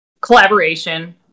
collaboration